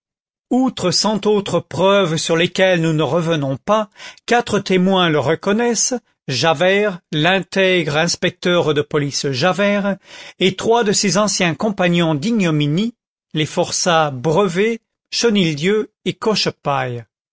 outre cent autres preuves sur lesquelles nous ne revenons pas quatre témoins le reconnaissent javert l'intègre inspecteur de police javert et trois de ses anciens compagnons d'ignominie les forçats brevet chenildieu et